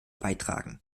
beitragen